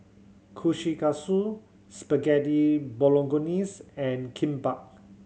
Kushikatsu Spaghetti Bolognese and Kimbap